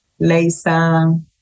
Laysan